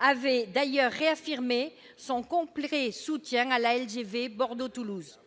avait d'ailleurs réaffirmé « son complet soutien » à la LGV Bordeaux-Toulouse.